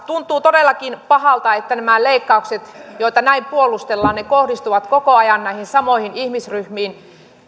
tuntuu todellakin pahalta että nämä leikkaukset joita näin puolustellaan kohdistuvat koko ajan näihin samoihin ihmisryhmiin